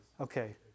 Okay